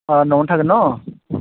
अ न'आवनो थागोन न